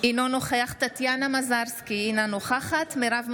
אינו נוכח טטיאנה מזרסקי, אינה נוכחת מרב מיכאלי,